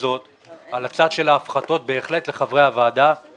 מותר לי הציע לו, אני רואה שהוא מאוד-מאוד עצבני.